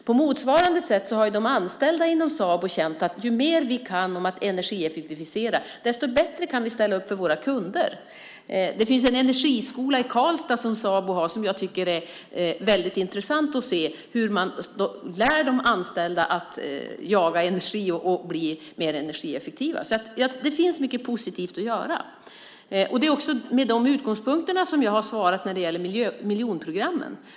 På motsvarande sätt har de anställda inom Sabo känt att ju mer som de kan om att energieffektivisera, desto bättre kan de ställa upp för sina kunder. Sabo har en energiskola i Karlstad, och jag tycker att det är väldigt intressant att se hur man lär de anställda att jaga energi och bli mer energieffektiva. Det finns alltså mycket positivt att göra. Det är också med dessa utgångspunkter som jag har svarat när det gäller miljonprogrammen.